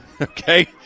Okay